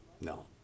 No